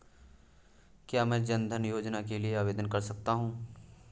क्या मैं जन धन योजना के लिए आवेदन कर सकता हूँ?